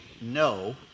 no